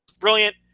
brilliant